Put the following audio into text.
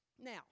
Now